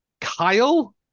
Kyle